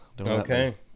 Okay